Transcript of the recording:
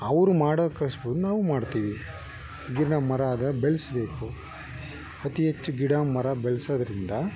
ಅವರು ಮಾಡೋ ಕಸುಬು ನಾವು ಮಾಡ್ತೀವಿ ಗಿಡ ಮರ ಆದರೆ ಬೆಳೆಸ್ಬೇಕು ಅತಿ ಹೆಚ್ಚು ಗಿಡ ಮರ ಬೆಳೆಸೋದ್ರಿಂದ